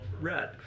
red